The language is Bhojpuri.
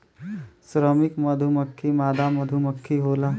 श्रमिक मधुमक्खी मादा मधुमक्खी होला